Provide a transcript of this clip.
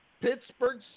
Pittsburgh